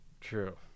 True